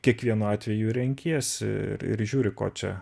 kiekvienu atveju renkiesi ir ir žiūri ko čia